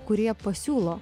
kurie pasiūlo